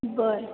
बरं